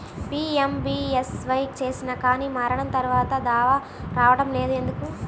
PMBSY చేసినా కానీ మరణం తర్వాత దావా రావటం లేదు ఎందుకు?